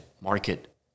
market